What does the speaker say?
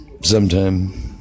sometime